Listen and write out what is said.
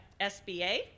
SBA